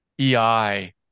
EI